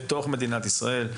בתוך מדינת ישראל.